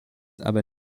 aber